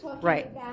Right